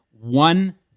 One